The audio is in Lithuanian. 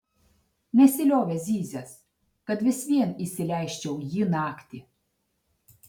nesiliovė zyzęs kad vis vien įsileisčiau jį naktį